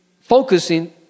focusing